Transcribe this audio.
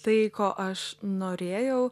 tai ko aš norėjau